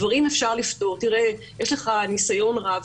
יש לך ניסיון רב,